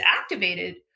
activated